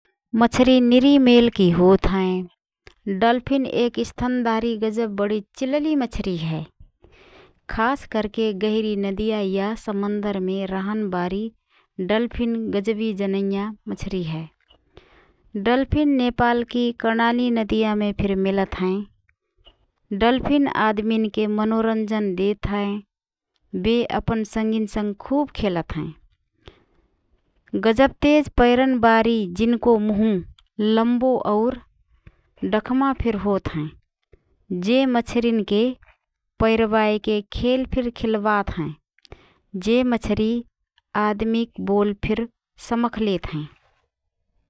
मछरी निरि मेलकी होतहएँ । डल्फिन एक स्तनधारी गजब बडी चिलली मछरी हए । खास करके गहिरी नदिया या समन्दरमे रहनबारी डल्फिन गजबी जनैया मछरी हए । डल्फिन नेपालकी कर्णाली नदियामे फिर मिलत हएँ । डल्फिन आदमीनके मनोरञ्जन देत हएँ । बे अपन संगिनसँग खुब खेलत हएँ । गजब तेज पैरनबारी जिनको मुँह लम्बो और डखमा फिर होत हएँ । जे मछरीके पैरबाएके खेल फिर खिल्बात हएँ । जे मछरी आदमीक बोल फिर समख लेतहएँ ।